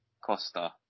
Costa